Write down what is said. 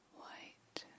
white